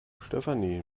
stefanie